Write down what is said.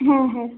হ্যাঁ হ্যাঁ